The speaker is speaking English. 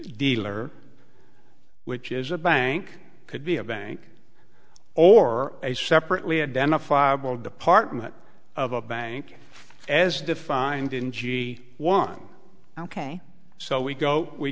dealer which is a bank could be a bank or a separately identifiable department of a bank as defined in g one ok so we go we